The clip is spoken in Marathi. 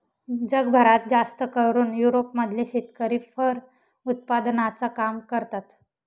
जगभरात जास्तकरून युरोप मधले शेतकरी फर उत्पादनाचं काम करतात